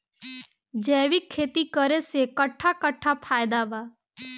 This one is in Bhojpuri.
जैविक खेती करे से कट्ठा कट्ठा फायदा बा?